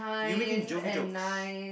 you make it joke jokes